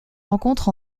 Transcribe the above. rencontre